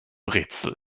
rätsel